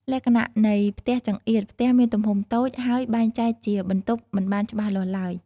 លក្ខណៈនៃ "ផ្ទះចង្អៀត"ផ្ទះមានទំហំតូច ហើយបែងចែកជាបន្ទប់មិនបានច្បាស់លាស់ឡើយ។